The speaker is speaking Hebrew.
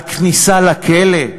על כניסה לכלא,